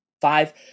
five